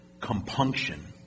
compunction